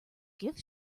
gift